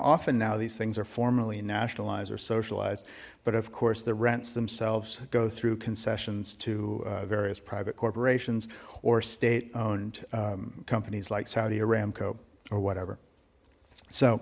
often now these things are formally nationalized or socialized but of course the rents themselves go through concessions to various private corporations or state owned companies like saudi aramco or whatever so